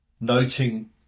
noting